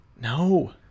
No